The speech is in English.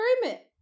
agreement